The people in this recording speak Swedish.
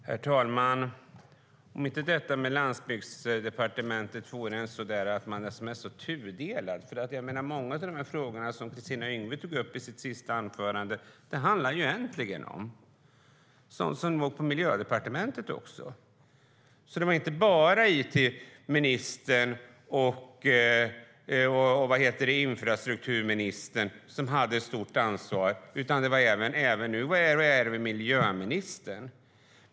Herr talman! Detta med Landsbygdsdepartementet är en tudelad fråga. Mycket av det som Kristina Yngwe tog upp handlar egentligen om sådant som också låg på Miljödepartementet. Det var inte bara it-ministern och infrastrukturministern som hade ett stort ansvar, utan det var även miljöministern.